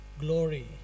glory